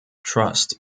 trust